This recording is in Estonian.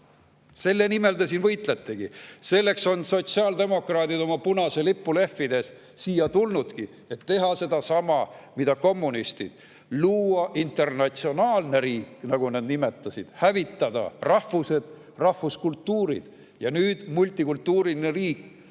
Selle nimel te siin võitletegi. Selleks on sotsiaaldemokraadid oma punase lipu lehvides siia tulnud, et teha sedasama, mida kommunistid: luua internatsionaalne riik, nagu nad seda nimetasid, hävitada rahvused ja rahvuskultuurid. Ja nüüd on multikultuuriline riik